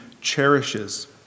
cherishes